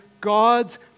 God's